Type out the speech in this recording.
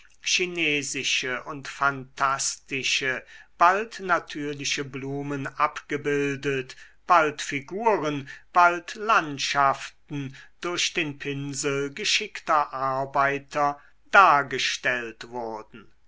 chinesische und phantastische bald natürliche blumen abgebildet bald figuren bald landschaften durch den pinsel geschickter arbeiter dargestellt wurden